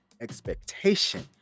expectation